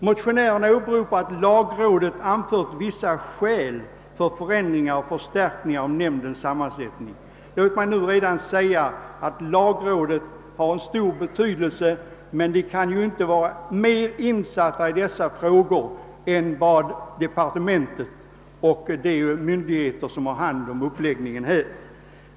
Motionärerna åberopar att lagrådet anfört vissa skäl för förändring och förstärkning av nämndens sammansättning. Låt mig redan nu säga att lagrådet har stor betydelse men att det inte kan vara mer insatt i dessa frågor än vad departementet och de myndigheter som har hand om uppläggningen ar.